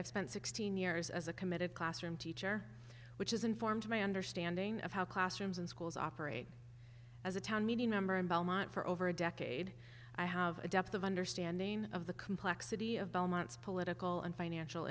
i spent sixteen years as a committed classroom teacher which is informed my understanding of how classrooms and schools operate as a town meeting member and belmont for over a decade i have a depth of understanding of the complexity of belmont's political and financial